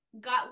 got